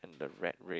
the rat race